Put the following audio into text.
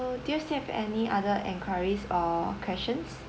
do you still have any other enquiries or questions